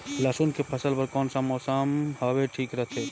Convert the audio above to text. लसुन के फसल बार कोन सा मौसम हवे ठीक रथे?